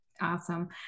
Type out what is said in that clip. Awesome